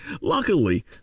Luckily